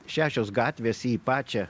šešios gatvės į pačią